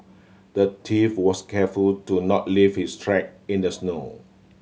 the thief was careful to not leave his track in the snow